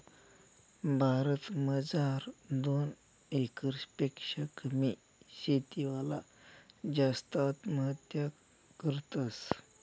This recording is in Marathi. भारत मजार दोन एकर पेक्शा कमी शेती वाला जास्त आत्महत्या करतस